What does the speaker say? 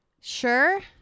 sure